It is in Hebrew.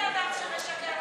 זה בן אדם שמשקר לציבור,